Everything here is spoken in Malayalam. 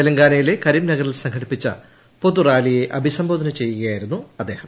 തെലങ്കാനയിലെ കരിംനഗറിൽ സംഘടിപ്പിച്ച പൊതുറാലിയെ അഭിസംബോധന ചെയ്യുകയായിരുന്നു അദ്ദേഹം